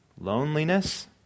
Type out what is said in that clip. loneliness